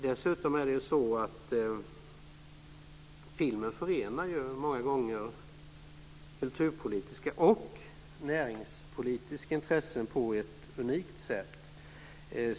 Dessutom är det ju så att filmen många gånger förenar kulturpolitiska och näringspolitiska intressen på ett unikt sätt.